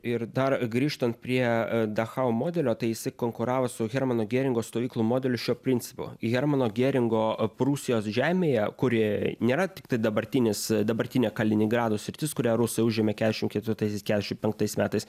ir dar grįžtant prie dachau modelio tai jisai konkuravo su hermano gėringo stovyklų modeliu šiuo principu hermano gėringo prūsijos žemėje kurioj nėra tiktai dabartinis dabartinė kaliningrado sritis kurią rusai užėmė keturiasdešim ketvirtaisiais keturiasdešim penktais metais